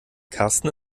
karsten